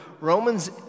Romans